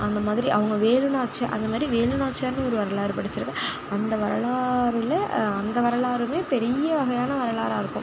அந்த மாதிரி அவங்க வேலுநாச்சி அந்த மாதிரி வேலுநாச்சியார் ஒரு வரலாறு படைச்சுருக்காங்க அந்த வரலாறில் அந்த வரலாறும் பெரிய வகையான வரலாறாக இருக்கும்